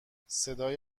صدای